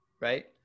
right